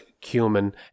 cumin